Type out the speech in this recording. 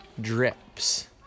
drips